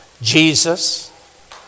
Jesus